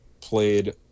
played –